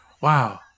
Wow